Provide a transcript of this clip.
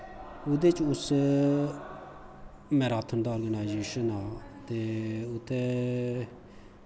ओह्दे च उस मैराथन दा अर्गनाइयेशन हा ते उत्थै